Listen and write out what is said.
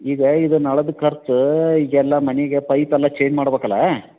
ಈಗ ಇದು ನಳದ್ದು ಖರ್ಚು ಈಗ ಎಲ್ಲ ಮನೇಗ್ ಪೈಪ್ ಎಲ್ಲ ಚೇಂಜ್ ಮಾಡ್ಬೇಕಲ್ವ